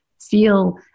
feel